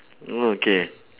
mm okay